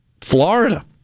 Florida